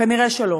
כנראה שלא.